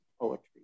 poetry